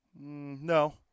No